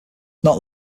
not